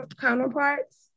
counterparts